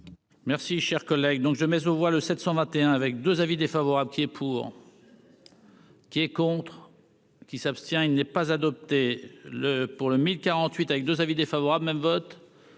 Merci, cher collègue, donc je mets aux voix le 721 avec 2 avis défavorables est pour. Qui est contre. Qui s'abstient, il n'est pas adopté le pour le 1048 avec 2 avis défavorables même vote